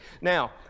Now